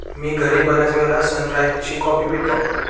मी घरी बर्याचवेळा सनराइज ची कॉफी पितो